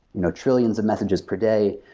you know trillions of messages per day.